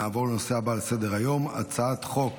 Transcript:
נעבור לנושא הבא על סדר-היום, הצעת חוק